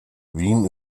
wien